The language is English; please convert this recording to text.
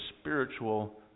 spiritual